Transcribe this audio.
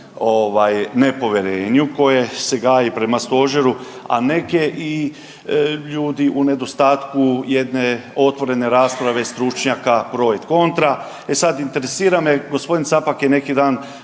nepovjerenju koje se gaji prema stožeru, a neki ljudi u nedostatku jedne otvorene rasprave stručnjaka broj kontra. E sad interesira me, g. Capak je neki dan